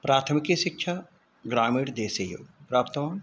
प्राथमिकीशिक्षा ग्रामीणदेशेषु प्राप्तवान्